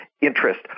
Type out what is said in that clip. interest